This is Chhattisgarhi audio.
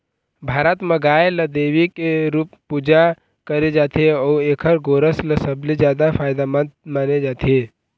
भारत म गाय ल देवी के रूप पूजा करे जाथे अउ एखर गोरस ल सबले जादा फायदामंद माने जाथे